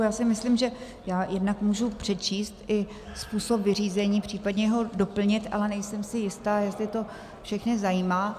Já si myslím, že jednak můžu přečíst i způsob vyřízení, případně ho doplnit, ale nejsem si jista, jestli to všechny zajímá.